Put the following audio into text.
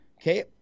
Okay